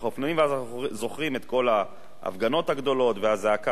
אנחנו זוכרים את כל ההפגנות הגדולות והזעקה של הציבור.